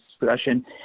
discussion